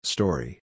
Story